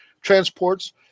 transports